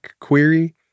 query